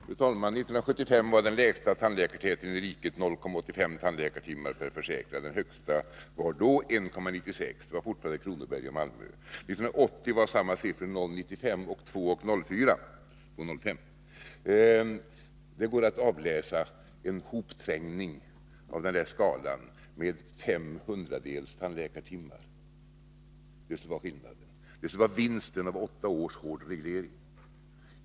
Fru talman! Under 1975 hade vi den lägsta tandläkartätheten i riket, 0,85 tandläkartimmar per försäkrad. Den högsta var då 1,96, fortfarande i Kronobergs län och Malmöhus län. 1980 var motsvarande siffror 0,95 och 2,05. Det går att avläsa en hopträngning av den där skalan med fem hundradels tandläkartimmar. Det var skillnaden — vinsten av åtta års hård reglering.